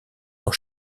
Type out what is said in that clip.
dans